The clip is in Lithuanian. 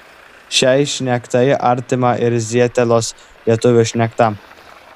šiai šnektai artima ir zietelos lietuvių šnekta